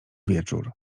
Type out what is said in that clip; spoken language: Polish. wieczór